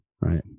right